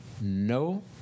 No